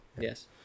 Yes